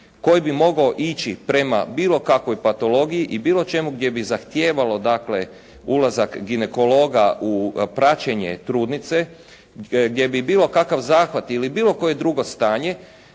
koji bi mogao ići prema bilo kakvoj patologiji i bilo čemu gdje bi zahtijevalo dakle ulazak ginekologa u praćenje trudnice. Gdje bi bilo kakav zahvat ili bilo koje drugo stanje